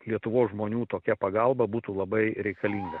lietuvos žmonių tokia pagalba būtų labai reikalinga